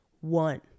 One